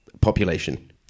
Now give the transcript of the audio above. population